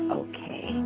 okay